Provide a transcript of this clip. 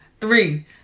three